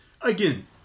again